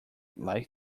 like